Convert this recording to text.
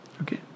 Okay